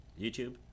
YouTube